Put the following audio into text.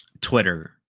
Twitter